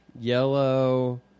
Yellow